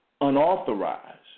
unauthorized